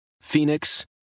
Phoenix